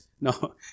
No